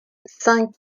cinq